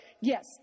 yes